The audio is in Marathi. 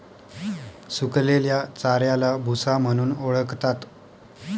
सुकलेल्या चाऱ्याला भुसा म्हणून ओळखतात